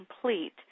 Complete